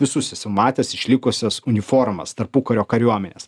visus esu matęs išlikusias uniformas tarpukario kariuomenės